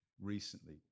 recently